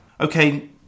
Okay